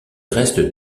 reste